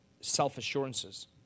self-assurances